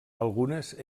algunes